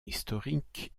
historique